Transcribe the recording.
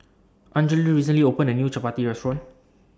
Anjali recently opened A New Chapati Restaurant